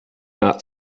not